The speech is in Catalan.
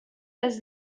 les